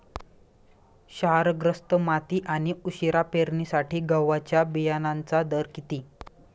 क्षारग्रस्त माती आणि उशिरा पेरणीसाठी गव्हाच्या बियाण्यांचा दर किती?